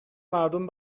مردم